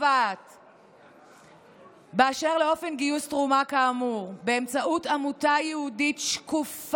חברת הכנסת שיר, לא אישרתי לכם לחזור עד ההצבעה.